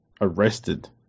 arrested